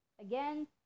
again